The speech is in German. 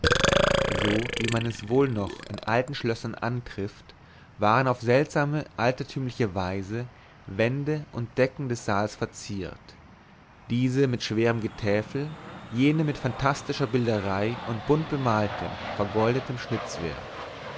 so wie man es wohl noch in alten schlössern antrifft waren auf seltsame altertümliche weise wände und decke des saals verziert diese mit schwerem getäfel jene mit fantastischer bilderei und buntgemaltem vergoldetem